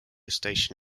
station